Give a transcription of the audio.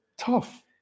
tough